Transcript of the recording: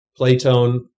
Playtone